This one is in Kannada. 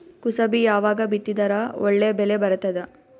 ಕುಸಬಿ ಯಾವಾಗ ಬಿತ್ತಿದರ ಒಳ್ಳೆ ಬೆಲೆ ಬರತದ?